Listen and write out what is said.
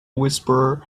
whisperer